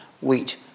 wheat